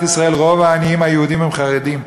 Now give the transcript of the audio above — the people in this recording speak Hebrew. ישראל רוב העניים היהודים הם חרדים,